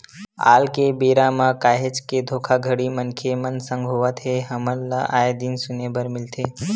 आल के बेरा म काहेच के धोखाघड़ी मनखे मन संग होवत हे हमन ल आय दिन सुने बर मिलथे